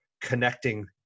connecting